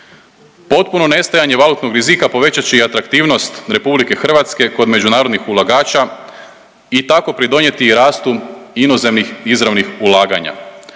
Potpuno nestajanje valutnog rizika povećat će i atraktivnost RH kod međunarodnih ulagača i tako pridonijeti i rastu inozemnih izravnih ulaganja.